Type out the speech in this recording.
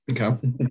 Okay